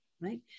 right